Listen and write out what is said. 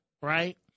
right